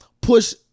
push